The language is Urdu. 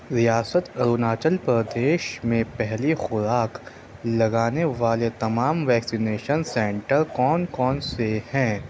ریاست اروناچل پردیش میں پہلی خوراک لگانے والے تمام ویکسینیشن سنٹر کون کون سے ہیں